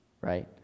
right